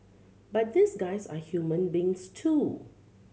but these guys are human beings too